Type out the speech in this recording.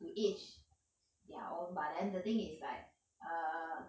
to each their own but then the thing is like err